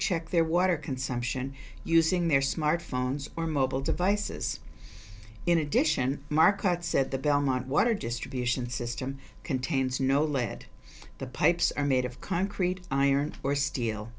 check their water consumption using their smartphones or mobile devices in addition markets said the belmont water distribution system contains no lead the pipes and made of concrete iron or steel